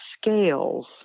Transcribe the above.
scales